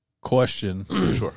Question